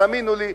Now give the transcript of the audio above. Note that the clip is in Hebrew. תאמינו לי,